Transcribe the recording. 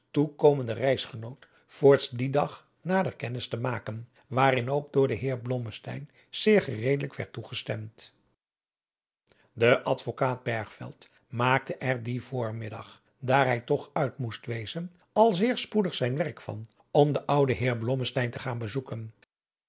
blommesteyn noot voorts dien dag nader kennis te maken waarin ook door den heer blommesteyn zeer gereedelijk werd toegestemd de advokaat bergveld maakte er dien voormiddag daar hij toch uit moest wezen al zeer spoedig zijn werk van om den ouden heer blommesteyn te gaan bezoeken